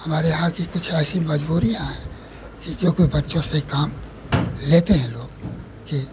हमारे यहाँ की कुछ ऐसी मज़बूरियाँ हैं जिससे कोई बच्चों से काम लेते हैं लोग यह